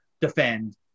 defend